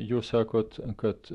jūs sakot kad